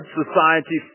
society